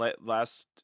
last